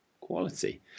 Quality